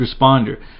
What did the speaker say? responder